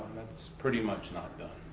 that's pretty much not done,